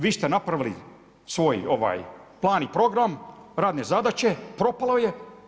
Vi ste napravili svoj plan program, radne zadaće, propalo je.